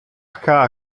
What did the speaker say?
cha